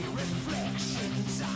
reflections